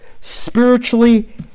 spiritually